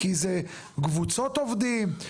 כי זה קבוצות עובדים,